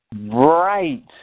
Right